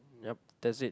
yup that's it